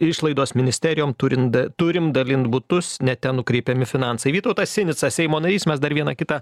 išlaidos ministerijom turint turim dalint butus ne ten nukreipiami finansai vytautas sinicą seimo narys mes dar vieną kitą